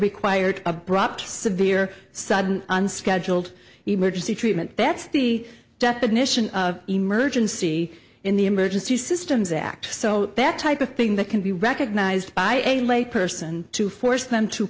required a broad severe sudden unscheduled emergency treatment that's the definition of emergency in the emergency systems act so that type of thing that can be recognized by a lay person to force them to